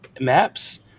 maps